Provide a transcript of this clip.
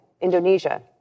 Indonesia